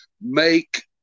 make